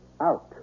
out